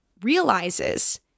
realizes